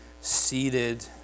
seated